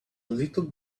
little